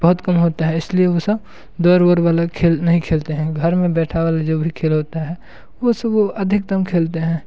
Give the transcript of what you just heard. बहुत कम होता है इस लिए वो सब इस लिए वो सब दौड़ औड़ वाला खेल नहीं खेलते हैं घर में बैठा वाला जो भी खेल होता है वो सब वो अधिकत्तम खेलते हैं